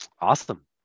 Awesome